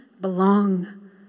belong